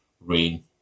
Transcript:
rain